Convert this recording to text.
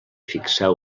fixar